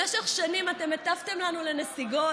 במשך שנים אתם הטפתם לנו לנסיגות.